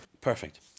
Perfect